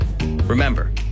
Remember